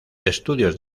estudios